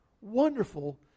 wonderful